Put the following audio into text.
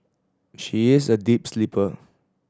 she is a deep sleeper